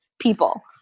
people